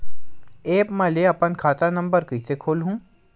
App म ले अपन खाता नम्बर कइसे खोलहु?